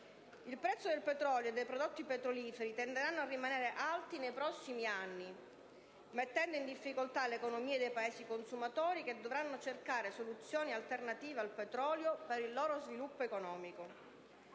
Il prezzo del petrolio e dei prodotti petroliferi tenderanno a rimanere alti nei prossimi anni, mettendo in difficoltà le economie dei Paesi consumatori che dovranno cercare soluzioni alternative al petrolio per il loro sviluppo economico.